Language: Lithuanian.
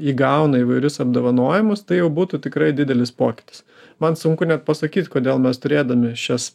įgauna įvairius apdovanojimus tai jau būtų tikrai didelis pokytis man sunku net pasakyt kodėl mes turėdami šias